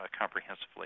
comprehensively